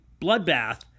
bloodbath